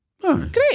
Great